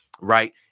right